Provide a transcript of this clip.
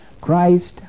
Christ